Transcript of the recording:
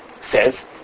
says